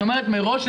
אני אומרת מראש,